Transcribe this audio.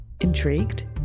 Intrigued